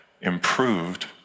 improved